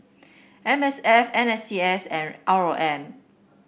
M S F N C S and R O M